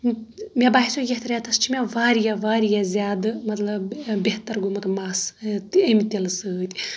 مےٚ باسیو یتھ ریٚتس چھِ مےٚ واریاہ واریاہ زیادٕ مطلب بہتر گوٚمُت مس تہِ امہِ تیٖلہٕ سۭتۍ